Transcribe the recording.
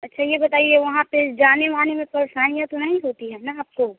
अच्छा यह बताइए वहाँ पर जाने वाने में परेशानियाँ तो नहीं होती है ना आपको